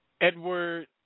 Edward